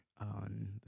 On